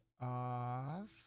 off